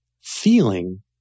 feeling